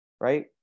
right